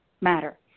matter